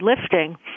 lifting